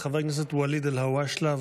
חבר הכנסת ואליד אלהואשלה,